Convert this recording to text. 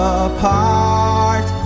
apart